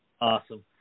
Awesome